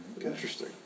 Interesting